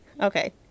okay